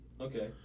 Okay